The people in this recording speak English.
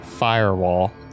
firewall